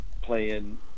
playing